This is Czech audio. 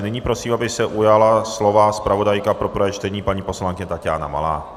Nyní prosím, aby se ujala slova zpravodajka pro prvé čtení, paní poslankyně Taťána Malá.